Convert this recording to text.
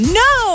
no